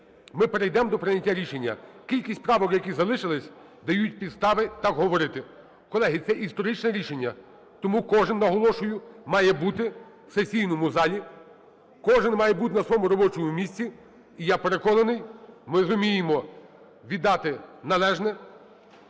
ми перейдемо до прийняття рішення. Кількість правок, які залишилися, дають підстави так говорити. Колеги, це історичне рішення, тому кожен – наголошую – має бути в сесійному залі, кожен має бути на своєму робочому місці і я переконаний, ми зуміємо віддати належне